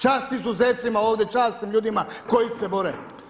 Čast izuzecima ovdje, časnim ljudima koji se bore.